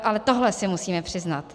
Ale tohle si musíme přiznat.